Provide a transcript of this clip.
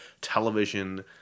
television